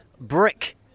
brick